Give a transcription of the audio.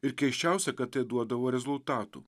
ir keisčiausia kad tai duodavo rezultatų